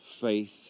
faith